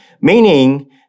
meaning